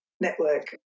network